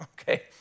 Okay